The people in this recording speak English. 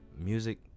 Music